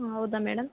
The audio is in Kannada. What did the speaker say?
ಹಾಂ ಹೌದ ಮೇಡಮ್